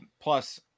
plus